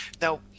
now